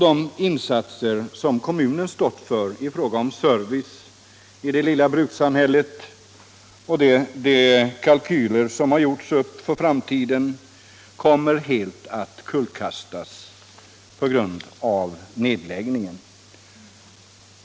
De insatser som kommunen stått för i fråga om service vid det lilla brukssamhället och de kalkyler som gjorts för framtiden kommer helt att kullkastas på grund av nedläggningen.